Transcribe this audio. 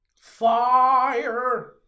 Fire